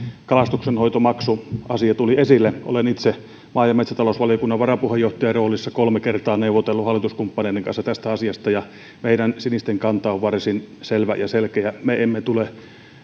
kalastonhoitomaksuasia tuli esille olen itse maa ja metsätalousvaliokunnan varapuheenjohtajan roolissa kolme kertaa neuvotellut hallituskumppaneiden kanssa tästä asiasta ja meidän sinisten kanta on varsin selvä ja selkeä me me emme tule